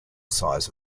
size